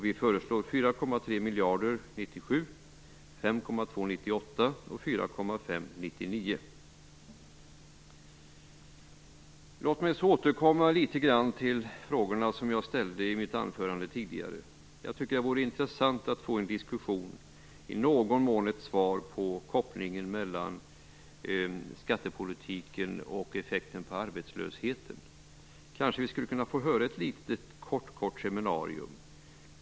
Vi föreslår 4,3 miljarder Låt mig också återkomma till de frågor som jag ställde tidigare i mitt anförande. Det vore intressant att få en diskussion och i någon mån ett svar på frågan om kopplingen mellan skattepolitiken och effekten på arbetslösheten. Kanske skulle vi kunna få ett litet kort seminarium.